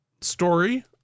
story